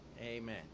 Amen